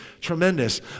Tremendous